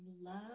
love